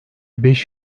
beş